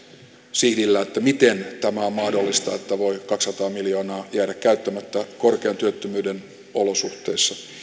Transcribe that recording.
sihdillä miten tämä on mahdollista että voi kaksisataa miljoonaa jäädä käyttämättä korkean työttömyyden olosuhteissa